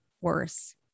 worse